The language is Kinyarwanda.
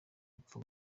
gupfa